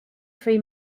free